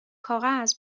کاغذ